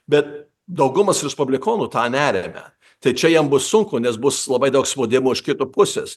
bet daugumas respublikonų tą neremia tai čia jam bus sunku nes bus labai daug spaudimo iš kito pusės